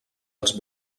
els